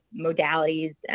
modalities